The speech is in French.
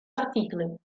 articles